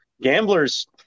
gamblers